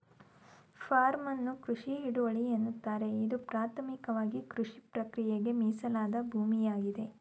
form ಅನ್ನು ಕೃಷಿ ಹಿಡುವಳಿ ಎನ್ನುತ್ತಾರೆ ಇದು ಪ್ರಾಥಮಿಕವಾಗಿಕೃಷಿಪ್ರಕ್ರಿಯೆಗೆ ಮೀಸಲಾದ ಭೂಮಿಯಾಗಿದೆ